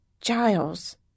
Giles